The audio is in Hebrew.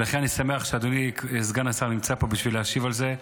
ולכן אני שמח שאדוני סגן השר נמצא פה בשביל להשיב על זה,